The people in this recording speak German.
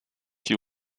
die